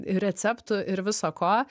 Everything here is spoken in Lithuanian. receptų ir viso ko